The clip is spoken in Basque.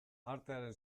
artearen